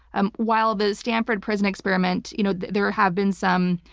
um while the stanford prison experiment, you know there have been some.